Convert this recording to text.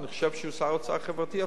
אני חושב שהוא שר אוצר חברתי אפילו.